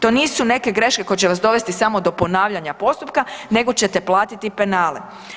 To nisu neke greške koje će vas dovesti samo do ponavljanja postupka nego ćete platiti penale.